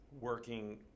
Working